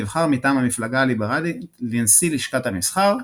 נבחר מטעם המפלגה הליברלית לנשיא לשכת המסחר,